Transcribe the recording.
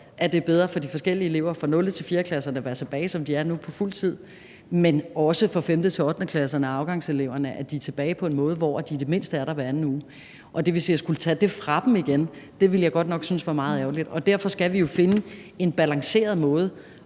at det er bedre for eleverne fra 0.-4.-klasserne at være tilbage, som de er nu, på fuld tid, men også for 5.-8.-klasserne og afgangseleverne, at de er tilbage på en måde, hvor de i det mindste er der hver anden uge. At skulle tage det fra dem igen ville jeg godt nok synes var meget ærgerligt. Derfor skal vi jo finde en balanceret måde